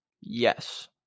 yes